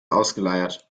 ausgeleiert